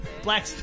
Black